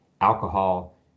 alcohol